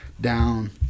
down